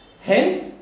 Hence